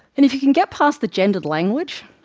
and if you can get past the gendered language,